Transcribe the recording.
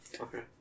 Okay